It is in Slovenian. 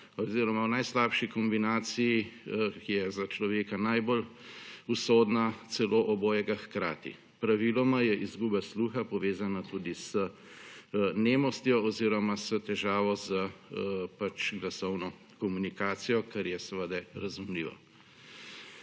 oziroma v najslabši kombinaciji, ki je za človeka najbolj usodna, celo obojega hkrati. Praviloma je izguba sluha povezana tudi s nemostjo oziroma s težavo z glasovno komunikacijo, kar je seveda razumljivo.